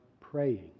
praying